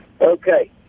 okay